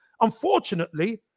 Unfortunately